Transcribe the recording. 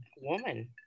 woman